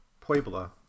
Puebla